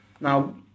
Now